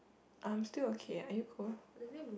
I'm still okay are you cold